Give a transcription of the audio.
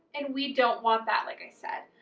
and we don't want that, like i said.